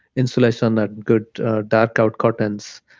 insulation or good dark out curtains,